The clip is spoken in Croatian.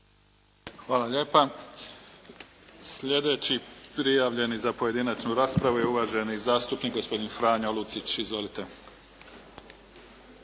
Hvala lijepa. Sljedeći prijavljeni za pojedinačnu raspravu je uvaženi zastupnik gospodin Franjo Lucić. Izvolite.